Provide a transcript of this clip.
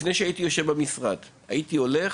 ולפני שהייתי מתיישב במשרד, הייתי הולך,